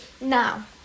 now